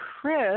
Chris